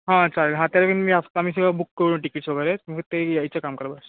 हां चालेल हप्ताभर आधी आम्ही बुक करू टिकिट्स वगैरे मग ते यायचे काम करा बस्स